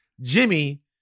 Jimmy